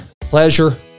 pleasure